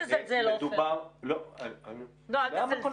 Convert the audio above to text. אפילו תושב פשוט שולח מכתב למבקר המדינה,